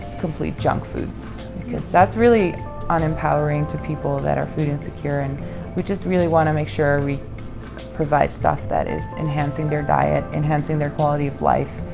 complete junk foods. that's really un-empowering to people that are food insecure and we just really wanna make sure we provide stuff that is enhancing their diet, enhancing their quality of life,